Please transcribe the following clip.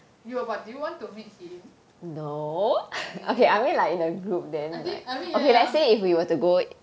yo but do you want to meet him really I think I mean ya ya